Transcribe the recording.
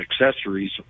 accessories